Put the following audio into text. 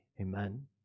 Amen